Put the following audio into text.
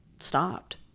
stopped